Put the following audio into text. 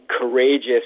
courageous